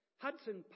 Hudson